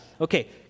Okay